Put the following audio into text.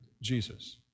Jesus